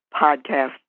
podcast